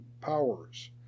powers